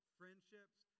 friendships